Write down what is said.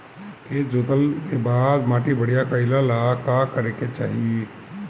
खेत जोतला के बाद माटी बढ़िया कइला ला का करे के चाही?